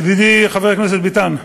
ידידי חבר הכנסת ביטן,